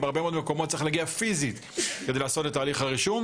בהרבה מאוד מקומות צריך להגיע פיזית כדי לבצע את תהליך הרישום,